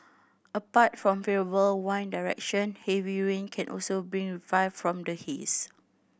apart from favourable wind direction heavy rain can also bring reprieve from the haze